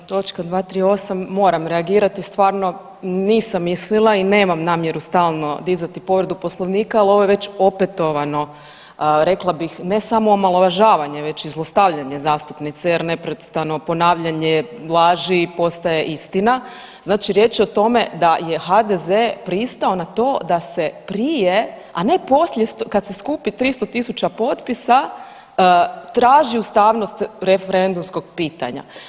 Da, točka 238, moram reagirati, stvarno, nisam mislila i nemam namjeru stalno dizati povredu Poslovnika, ali ovo je već opetovano, rekla bih, ne samo omalovažavanje već i zlostavljanje zastupnice jer neprestano ponavljanje laži postaje istina, znači riječ je o tome da je HDZ pristao na to da se prije, a ne poslije, kad se skupi 300 tisuća potpisa, traži ustavnost referendumskog pitanja.